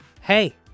Hey